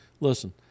Listen